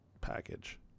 package